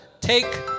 Take